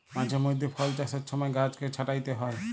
মাঝে মইধ্যে ফল চাষের ছময় গাহাচকে ছাঁইটতে হ্যয়